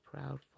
proud